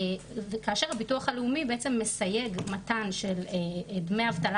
כאשר הביטוח הלאומי בעצם מסייג מתן של דמי אבטלה